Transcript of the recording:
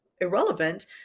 irrelevant